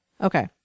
Okay